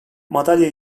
madalya